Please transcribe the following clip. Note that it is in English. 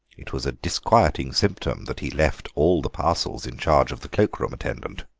it was a disquieting symptom that he left all the parcels in charge of the cloak room attendant.